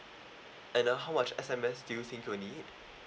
and uh how much S_M_S do you think you would need